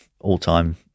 all-time